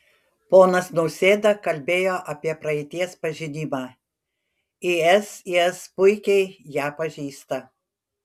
ponas nausėda kalbėjo apie praeities pažinimą isis puikiai ją pažįsta